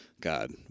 God